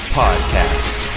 podcast